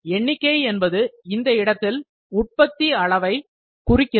எண்ணிக்கை என்பது இந்த இடத்தில் உற்பத்தி அளவை குறிக்கிறது